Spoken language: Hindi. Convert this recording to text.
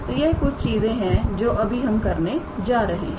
तो यह कुछ चीजें हैं जो अभी हम करने जा रहे हैं